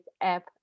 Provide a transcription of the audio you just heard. app